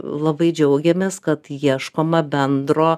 labai džiaugiamės kad ieškoma bendro